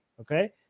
Okay